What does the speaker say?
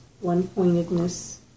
one-pointedness